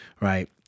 right